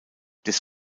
des